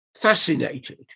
fascinated